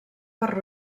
per